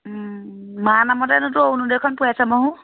মাৰ নামতেনো অৰুণোদয়খন পূৰাই চাবাচোন